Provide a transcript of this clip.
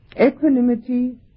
Equanimity